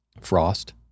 frost